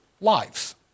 lives